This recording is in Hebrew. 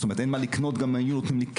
זאת אומרת: גם אם היו נותנים לי כסף,